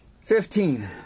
Fifteen